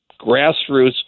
grassroots